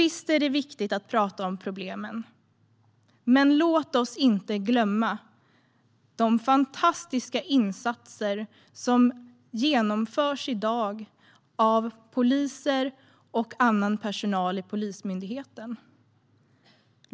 Visst är det viktigt att prata om problemen, men låt oss inte glömma de fantastiska insatser som genomförs i dag av poliser och annan personal inom Polismyndigheten.